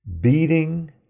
beating